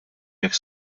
jekk